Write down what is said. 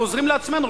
אנחנו עוזרים לעצמנו,